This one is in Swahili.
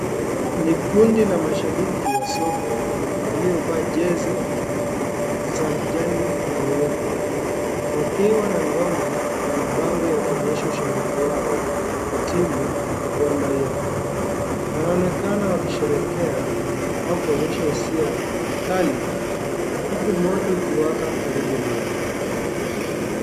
Ni kundi la mashabiki wa soka, waliovaa jesi za kijani na nyeupe wakiwa, na ngome na mabango ya kuonyesha ushabiki wao wa timu ya Gor Mahia wanaonekana wakisherekea au kuonyesha hisia kali huku moto ikiwaka karibu nao.